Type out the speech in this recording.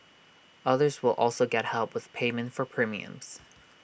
others will also get help with payment for premiums